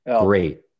great